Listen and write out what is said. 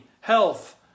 health